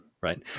right